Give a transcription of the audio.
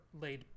laid